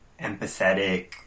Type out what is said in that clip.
empathetic